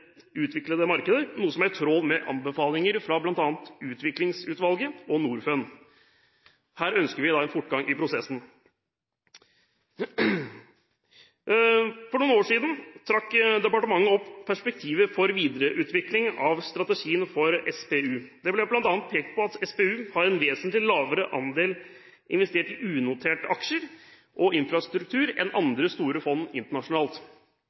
utviklede markeder, noe som er i tråd med anbefalinger fra bl.a. Utviklingsutvalget og Norfund. Her ønsker vi en fortgang i prosessen. For noen år siden trakk departementet opp perspektiver for videreutvikling av strategien for SPU. Det ble bl.a. pekt på at SPU har en vesentlig lavere andel investert i unoterte aksjer og infrastruktur enn andre store fond internasjonalt.